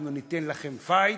אנחנו ניתן לכם "פייט"